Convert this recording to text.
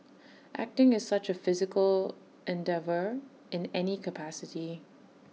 acting is such A physical endeavour in any capacity